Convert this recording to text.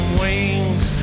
wings